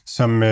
som